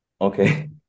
Okay